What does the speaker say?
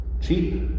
Cheap